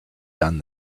done